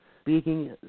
Speaking